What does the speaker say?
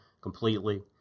completely